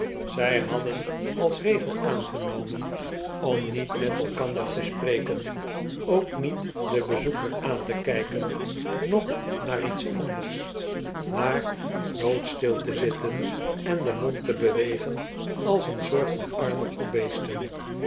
zij hadden als regel aangenomen om niet met elkander te spreken ook niet den bezoeker aan te kijken noch naar iets anders maar doodstil te zitten on den mond te bewegen als een soort van arme